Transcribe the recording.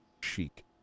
chic